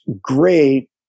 great